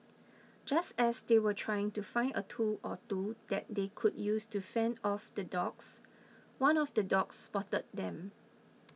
just as they were trying to find a tool or two that they could use to fend off the dogs one of the dogs spotted them